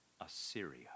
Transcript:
Assyria